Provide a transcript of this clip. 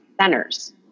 centers